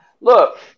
Look